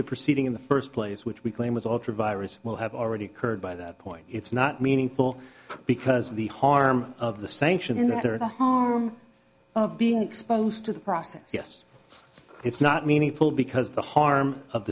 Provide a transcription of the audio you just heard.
the proceeding in the first place which we claim was altered virus will have already occurred by that point it's not meaningful because the harm of the sanctions that are being exposed to the process yes it's not meaningful because the harm of